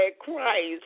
Christ